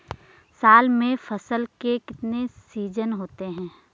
साल में फसल के कितने सीजन होते हैं?